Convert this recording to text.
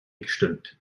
gestimmt